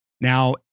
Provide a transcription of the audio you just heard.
Now